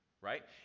right